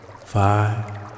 five